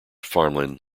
farmland